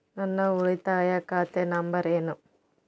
ನನ್ನ ಉಳಿತಾಯ ಖಾತೆ ನಂಬರ್ ಏನು?